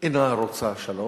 אינה רוצה שלום.